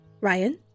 Ryan